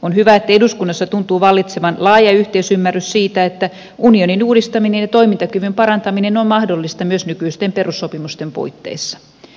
on hyvä että eduskunnassa tuntuu vallitsevan laaja yhteisymmärrys siitä että unionin uudistaminen ja toimintakyvyn parantaminen on mahdollista myös nykyisten perussopimusten puitteissa